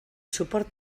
suport